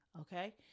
Okay